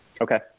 Okay